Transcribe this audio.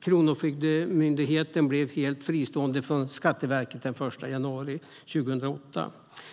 Kronofogdemyndigheten blev helt fristående från Skatteverket den 1 januari 2008.